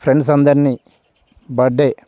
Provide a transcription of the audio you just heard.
friends అందరినీ birthday